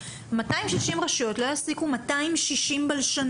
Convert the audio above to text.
260 רשויות לא יעסיקו 260 בלשנים.